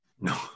no